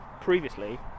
previously